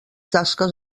tasques